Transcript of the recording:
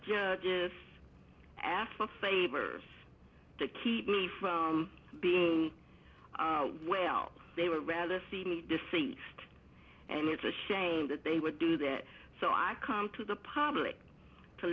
judges ask for favors to keep me from being well they would rather see me deceased and it's a shame that they would do that so i come to the public to